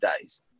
days